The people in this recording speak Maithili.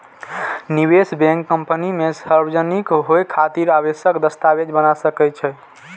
निवेश बैंक कंपनी के सार्वजनिक होइ खातिर आवश्यक दस्तावेज बना सकै छै